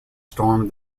stormed